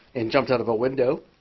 and jumped out of a window.